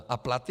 A platy?